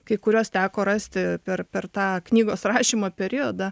kai kuriuos teko rasti per per tą knygos rašymo periodą